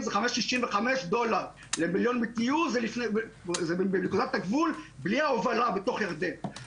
זה 5.65 דולר למיליון BTU. זה נקודת הגבול בלי ההובלה בתוך ירדן.